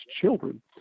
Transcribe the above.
children